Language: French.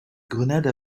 grenades